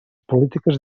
polítiques